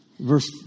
Verse